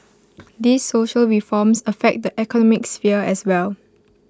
these social reforms affect the economic sphere as well